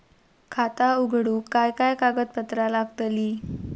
खाता उघडूक काय काय कागदपत्रा लागतली?